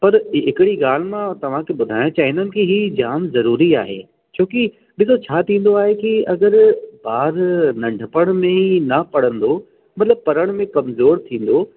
पर हिकिड़ी ॻाल्हि मां तव्हांखे ॿुधाइण चाहिंदुमि की जाम ज़रूरी आहे छो की ॾिसो छा थींदो आहे की अगरि ॿार नंढपणु में ई न पढ़ंदो मतलबु पढ़ण में कमज़ोर थींदो